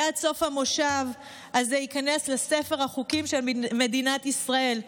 ועד סוף המושב הזה ייכנס לספר החוקים של מדינת ישראל.